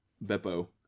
Beppo